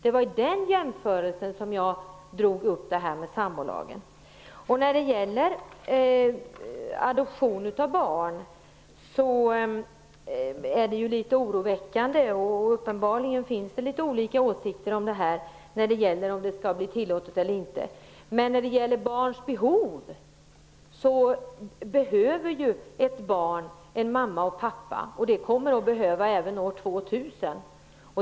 Det var i det avseendet som jag tog upp jämförelsen med sambolagen. Frågan om adoption av barn skall tillåtas eller inte är litet oroväckande, och uppenbarligen finns det olika åsikter om detta. Men barn behöver ju en mamma och en pappa, och det kommer de att göra även år 2000.